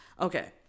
Okay